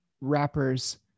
rappers